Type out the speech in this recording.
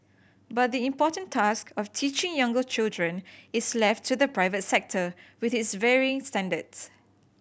but the important task of teaching younger children is left to the private sector with its varying standards